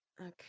Okay